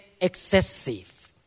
excessive